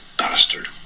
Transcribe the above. bastard